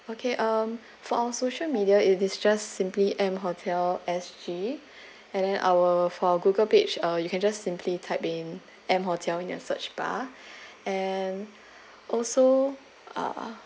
okay um for our social media it is just simply M hotel S_G and then our for our google page uh you can just simply type in M hotel in their search bar and also uh